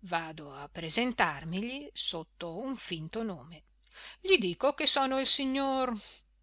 vado a presentarmigli sotto un finto nome gli dico che sono il signor